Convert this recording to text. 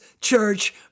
church